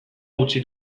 utzi